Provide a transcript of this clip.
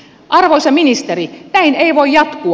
arvoisa ministeri näin ei voi jatkua